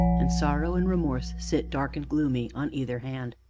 and sorrow and remorse sit, dark and gloomy, on either hand.